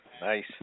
Nice